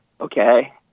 Okay